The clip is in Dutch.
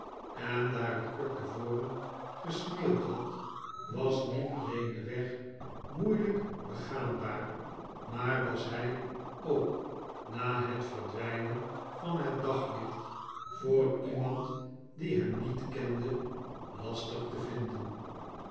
en daar het kort tevoren gesneeuwd had was niet alleen de weg moeilijk begaannaar maar was hij ook na het verdwijnen van het daglicht voor iemand die hem niet kende lastig te vinden